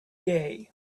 day